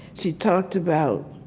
she talked about